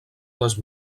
les